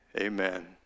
Amen